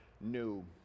new